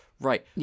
Right